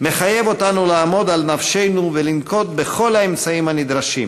מחייב אותנו לעמוד על נפשנו ולנקוט את כל האמצעים הנדרשים,